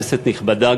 כנסת נכבדה,